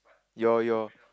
your your